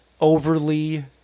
overly